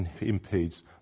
impedes